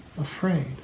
afraid